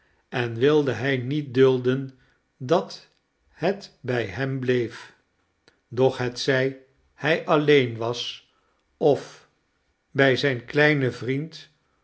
en wilde hij niet dulden dat het bij hem bleef doch hetzij hij alleen was of bij zijn kleinen vriend